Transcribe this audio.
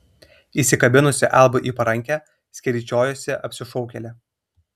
įsikabinusi albui į parankę skeryčiojosi apsišaukėlė